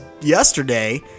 yesterday